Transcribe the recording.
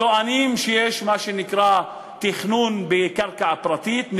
טוענים שיש מה שנקרא תכנון בקרקע פרטית,